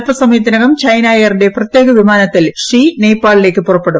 അൽപസമയത്തിനകം ചൈന എയറിന്റെ പ്രത്യേക വിമാനത്തിൽ ഷീ നേപ്പാളിലേക്ക് പുറപ്പെടും